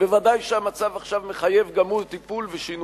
וודאי שהמצב עכשיו מחייב גם הוא טיפול ושינוי,